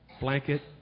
blanket